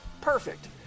perfect